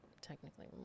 technically